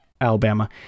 Alabama